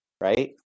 right